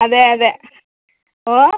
അതെയതെ വോ